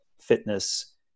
fitness